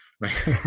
right